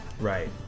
Right